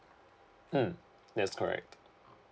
mm that's correct